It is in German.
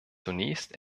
zunächst